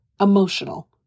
emotional